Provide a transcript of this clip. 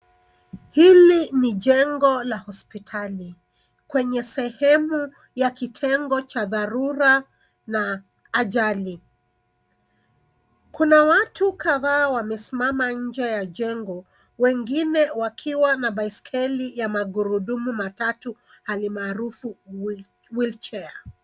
Hili ni jengo la hospitali. Kwenye sehemu ya kitengo cha dharura na ajali. Kuna watu kadhaa wamesimama inje ya jengo, wengine wakiwa na baiskeli ya magurudumu matatu hali maarufu wheelchair .